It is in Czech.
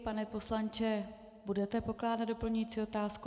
Pane poslanče, budete pokládat doplňující otázku?